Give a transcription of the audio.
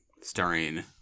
starring